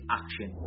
action